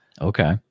Okay